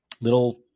little